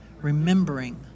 remembering